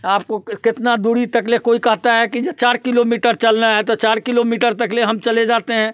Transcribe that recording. आपको कितना दूरी तक ले कोई कहता है कि जे चार किलोमीटर चलना है तो चार किलोमीटर तक ले हम चले जाते हैं